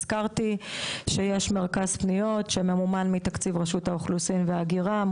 הזכרתי שיש מרכז פניות שממומן מתקציב רשות האוכלוסין וההגירה,